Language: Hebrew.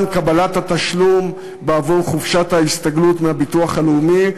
קבלת התשלום בעבור חופשת ההסתגלות מהביטוח הלאומי,